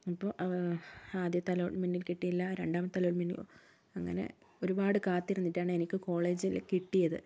അപ്പോൾ ആദ്യത്തെ അലോട്ട്മെന്റിൽ കിട്ടിയില്ല രണ്ടാമത്തെ അലോട്ട്മെന്റിൽ അങ്ങനെ ഒരുപാട് കാത്തിരുന്നിട്ടാണ് എനിക്ക് കോളേജിൽ കിട്ടിയത്